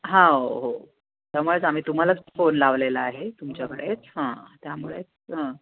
हा हो त्यामुळेच आम्ही तुम्हालाच फोन लावलेला आहे तुमच्याकडेच हां त्यामुळे हां